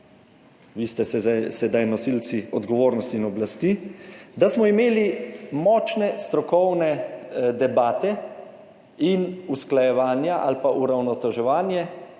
vi ste se sedaj nosilci odgovornosti in oblasti, da smo imeli močne strokovne debate in usklajevanja ali pa uravnoteževanje